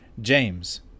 James